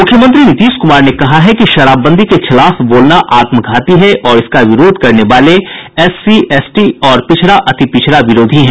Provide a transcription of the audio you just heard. मुख्यमंत्री नीतीश कुमार ने कहा है कि शराबबंदी के खिलाफ बोलना आत्मघाती है और इसका विरोध करने वाले एससी एसटी और पिछड़ा अतिपिछड़ा विरोधी हैं